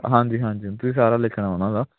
ਹਾਂਜੀ ਹਾਂਜੀ ਤੁਸੀਂ ਸਾਰਾ ਲਿਖਣਾ ਉਹਨਾਂ ਦਾ